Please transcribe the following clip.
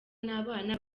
n’abana